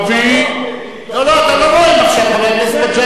להביא, לא, אתה לא נואם עכשיו, חבר הכנסת מגלי.